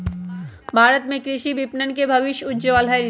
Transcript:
भारत में कृषि विपणन के भविष्य उज्ज्वल हई